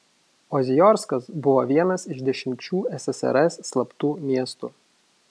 oziorskas buvo vienas iš dešimčių ssrs slaptų miestų